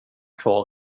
kvar